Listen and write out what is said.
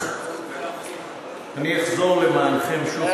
אני אחזור למענכם שוב,